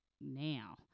now